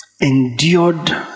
endured